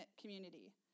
community